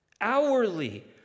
hourly